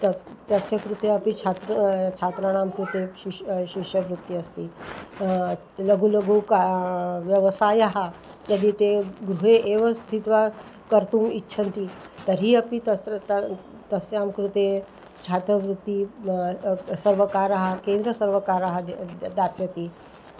तस्य तस्य कृते अपि छात्रः छात्राणां कृते शिश् शिष्यवृत्तिः अस्ति लघुं लघुं का व्यवसायं यदि ते गृहे एव स्थित्वा कर्तुम् इच्छन्ति तर्हि अपि तत्र ते तस्यां कृते छात्रवृत्तिं सर्वकारः केन्द्रसर्वकारः ते दास्यन्ति